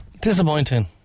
Disappointing